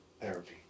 therapy